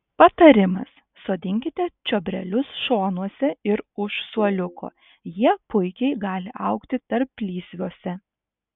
patarimas sodinkite čiobrelius šonuose ir už suoliuko jie puikiai gali augti tarplysviuose